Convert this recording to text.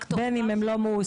בין אם הם לא מועסקים,